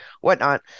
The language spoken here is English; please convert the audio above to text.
whatnot